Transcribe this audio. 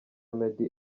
meddy